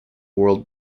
world